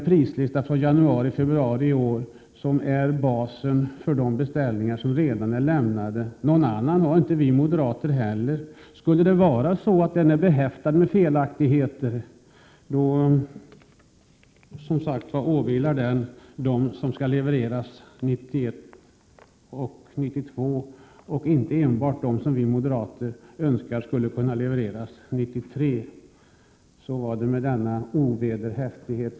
Prislistan från januari-februari i år utgör basen för de beställningar som redan har gjorts. Någon annan prislista har inte vi moderater. Är beräkningen behäftad med felaktigheter gäller detta även beräkningen för de korvetter som skall levereras åren 1991 och 1992 och inte enbart beräkningen om kostnaden för korvetter som vi moderater önskar skalllevereras 1993. Så förhåller det sig med min ovederhäftighet.